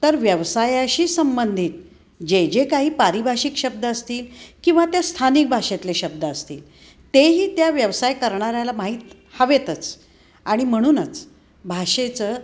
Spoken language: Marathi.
तर व्यवसायाशी संबंधित जे जे काही पारिभाषिक शब्द असतील किंवा त्या स्थानिक भाषेतले शब्द असतील तेही त्या व्यवसाय करणाऱ्याला माहीत हवेतच आणि म्हणूनच भाषेचं